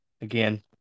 again